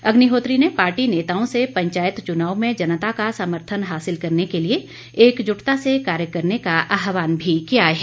अग्निहोत्री ने पार्टी नेताओं से पंचायत चुनाव में जनता का समर्थन हासिल करने के लिए एकजुटता से कार्य करने का आहवान भी किया है